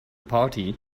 party